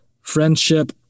friendship